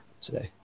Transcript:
today